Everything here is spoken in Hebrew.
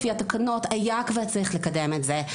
לפי התקנות היה כבר צריך לקדם את זה,